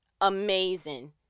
amazing